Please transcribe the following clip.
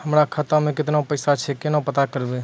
हमरा खाता मे केतना पैसा छै, केना पता करबै?